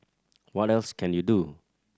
what else can you do